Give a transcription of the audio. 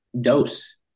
dose